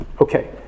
Okay